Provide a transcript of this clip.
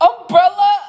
Umbrella